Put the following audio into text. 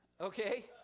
Okay